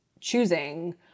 choosing